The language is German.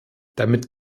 damit